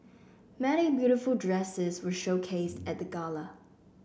many beautiful dresses were showcased at the gala